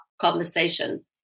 conversation